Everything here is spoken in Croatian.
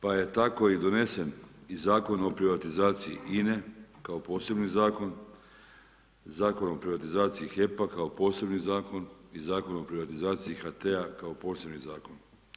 Pa je tako i donesen i Zakon o privatizaciji INA-e, kao posebni zakon, Zakon o privatizaciji HEP-a, kao posebni zakon i Zakon o privatizaciji HT-a kao posebni zakon.